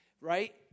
right